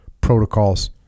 protocols